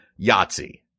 Yahtzee